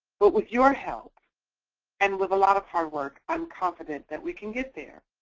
but with your help and with a lot of hard work, i'm confident that we can get there.